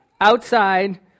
outside